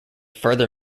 further